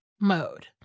mode